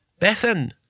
Bethan